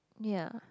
ya